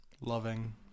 Loving